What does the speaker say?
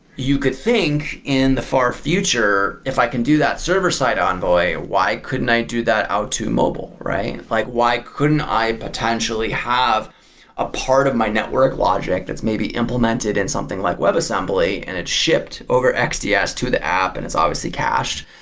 you could think in the far future, if i can do that server-side envoy, why couldn't i do that out to mobile? like why couldn't i potentially have a part of my network logic that's may be implemented in something like web assembly and it's shipped over xds yeah to the app and it's obviously cached.